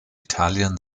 italien